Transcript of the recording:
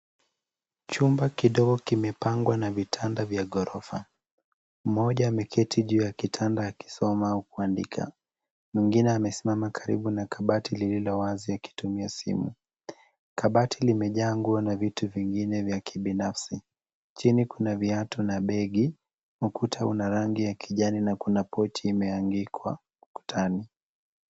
Chumba kidogo kimepangwa na vitanda vya ghorofa. Mmoja ameketi juu ya kitanda akisoma au kuandika, mwingine amesimama karibu na kabati lililowazi akitumia simu. Kabati limejaa nguo na vitu vingine vya kibinafsi. Chini kuna viatu na begi, ukuta una rangi ya kijani na kuna pochi imeangikwa ukutani.